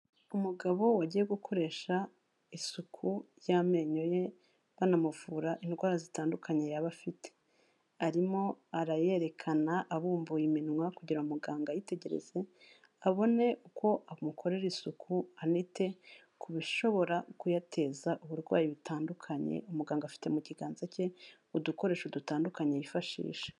Umugabo wagiye gukoresha isuku y'amenyo ye, banamuvura indwara zitandukanye yaba afite, arimo arayerekana abumbuye iminwa kugira muganga yitegereze, abone uko amukorera isuku anite ku bishobora kuyateza uburwayi butandukanye, umuganga afite mu kiganza ke udukoresho dutandukanye yifashisha.